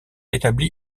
établi